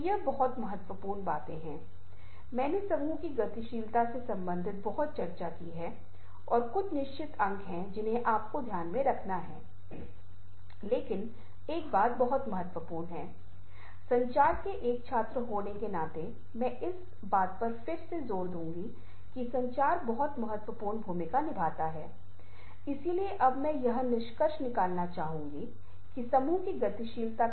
अक्सर वह बात मायने रखती है जिसके साथ आप पहले से परिचित हैं हर बार जब आप इसे अलग अलग शीर्षकों के साथ पेश करते हैं तो छवि का अर्थ बदल जाता है इसलिए आपको इस तथ्य से अवगत कराना है कि ग्रंथ और छवि जब वे बातचीत करते हैं तो विभिन्न प्रकार के अर्थ व्यक्त करते हैं और इनका हेरफेर किया जा सकता है और एक प्रस्तुति में यह हेरफेर फिर से बहुत महत्वपूर्ण है विज्ञापन में यह बहुत महत्वपूर्ण है